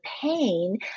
pain